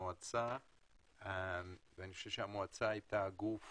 המועצה הייתה הגוף